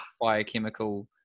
biochemical